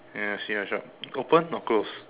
ya I see another shop open or close